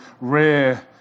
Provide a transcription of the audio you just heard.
rare